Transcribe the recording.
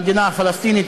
במדינה הפלסטינית,